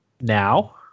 Now